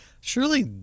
Surely